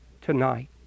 tonight